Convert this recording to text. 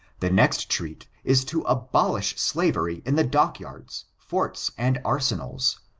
the next treat is to abolish slavery in the dockyards, forts, and arsenals,